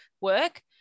work